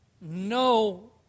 No